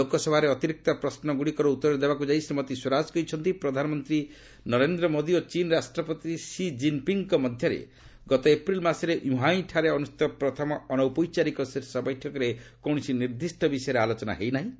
ଲୋକସଭାରେ ଅତିରିକ୍ତ ପ୍ରଶ୍ନଗୁଡ଼ିକର ଉତ୍ତର ଦେବାକୁ ଯାଇ ଶ୍ରୀମତୀ ସ୍ୱରାଜ କହିଛନ୍ତି ପ୍ରଧାନମନ୍ତ୍ରୀ ନରେନ୍ଦ୍ର ମୋଦି ଓ ଚୀନ୍ ରାଷ୍ଟ୍ରପତି ଷି ଜିନ୍ପିଙ୍ଗ୍ଙ୍କ ମଧ୍ୟରେ ଗତ ଏପ୍ରିଲ୍ ମାସରେ ୟୁହାଁଠାରେ ଅନୁଷ୍ଠିତ ପ୍ରଥମ ଅନୌପଚାରିକ ଶୀର୍ଷ ବୈଠକରେ କୌଣସି ନିର୍ଦ୍ଦିଷ୍ଟ ବିଷୟରେ ଆଲୋଚନା ହୋଇ ନାହିଁ